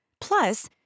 Plus